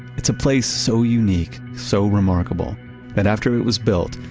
it's a place so unique, so remarkable that after it was built,